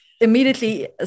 Immediately